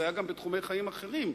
זה היה גם בתחומי חיים אחרים,